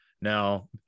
Now